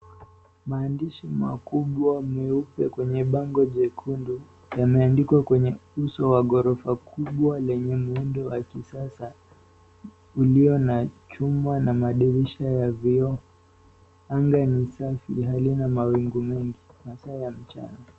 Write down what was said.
Maandishi makubwa meupe kwenye bango jekundu, yameandikwa kwenye uso wa ghorofa kubwa lenye muundo wa kisasa iliyo na chuma na madirisha ya vioo. Anga ni safi, halina mawingu mengi masaa ya mchana.